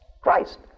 Christ